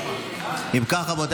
להעביר את